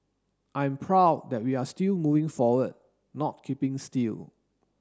I'm proud that we are still moving forward not keeping still